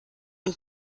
und